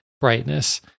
brightness